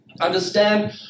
Understand